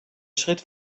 schritt